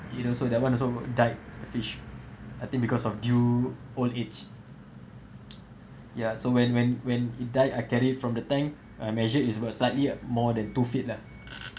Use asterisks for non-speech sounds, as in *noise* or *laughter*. you know so that one also died the fish I think because of due old age *noise* ya so when when when it died I carried from the tank I measure is about slightly ah more than two feet lah